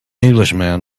englishman